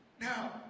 now